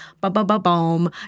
ba-ba-ba-boom